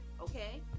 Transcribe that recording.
okay